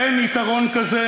אין עיקרון כזה?